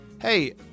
Hey